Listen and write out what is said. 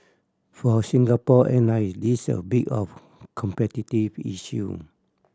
for Singapore Airline this a bit of a competitive issue